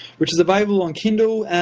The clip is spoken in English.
which is available on kindle,